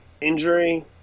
injury